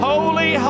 Holy